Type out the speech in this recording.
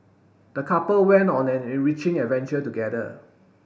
the couple went on an enriching adventure together